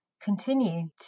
continue